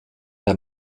der